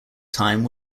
time